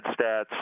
stats